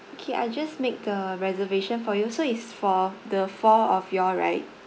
okay I just make the reservation for you so is for the four of you all right